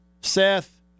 Seth